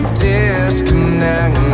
disconnect